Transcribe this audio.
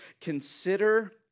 Consider